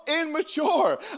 immature